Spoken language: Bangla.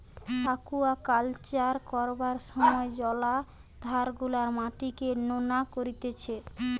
আকুয়াকালচার করবার সময় জলাধার গুলার মাটিকে নোনা করতিছে